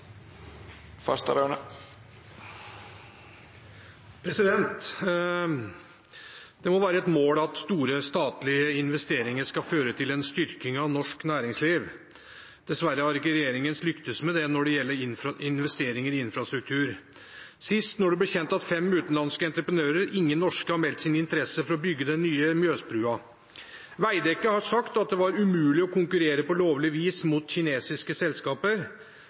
en styrking av norsk næringsliv. Dessverre har ikke regjeringen lyktes med det når det gjelder investeringer i infrastruktur. Sist når det ble kjent at fem utenlandske entreprenører, ingen norske, har meldt sin interesse for å bygge den nye Mjøsbrua. Veidekke har sagt at det var umulig å konkurrere på lovlig vis mot kinesiske selskaper.